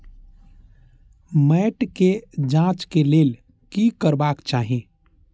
मैट के जांच के लेल कि करबाक चाही?